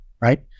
right